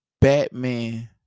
Batman